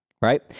right